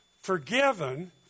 forgiven